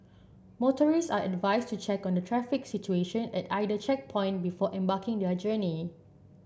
motorists are advised to check on the traffic situation at either checkpoint before embarking their journey